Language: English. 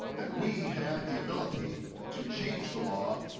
that we have the ability to change the law,